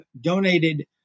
donated